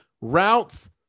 routes